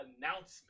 announcement